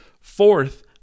Fourth